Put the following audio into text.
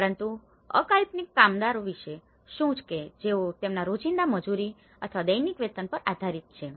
પરંતુ અલ્પકાલીન કામદારો વિશે શુ કે જેઓ તેમના રોજિંદા મજૂરી અથવા દૈનિક વેતન પર આધારીત છે